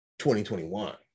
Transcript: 2021